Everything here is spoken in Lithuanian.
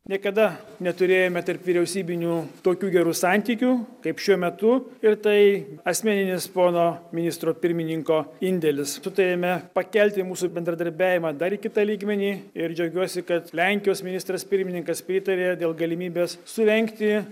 niekada neturėjome tarpvyriausybinių tokių gerų santykių kaip šiuo metu ir tai asmeninis pono ministro pirmininko indėlis sutarėme pakelti mūsų bendradarbiavimą dar į kitą lygmenį ir džiaugiuosi kad lenkijos ministras pirmininkas pritarė dėl galimybės surengti